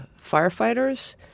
firefighters